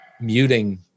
muting